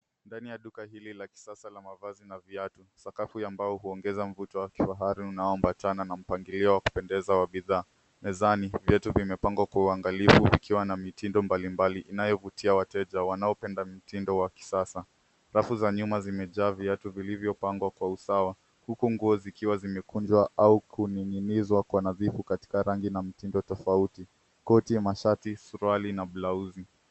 Ndani ya duka hili la kisasa la mavazi na viatu sakafu ya mbao huongeza mvuto wake wa hari unaoambatana na mpangilio wa bidhaa mezani. Viatu vimepangwa Kwa uangalifu na mitindo mbalimbali inayovutia wateja wanaopenda mitindo ya kisasa. Rafu za nyuma zimejaa viatu vilivyopangwa Kwa usawa huku nguo zikiwa zimekunjwa au kuning'inizwa kwa nadhifu katika rangi na mtindo tofauti koti na mashati suruali na blauzi.